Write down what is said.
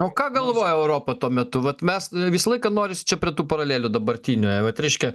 o ką galvoja europa tuo metu vat mes visą laiką norisi čia prie tų paralelių dabartinių vat reiškia